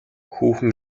хүүхэн